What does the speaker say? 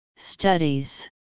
studies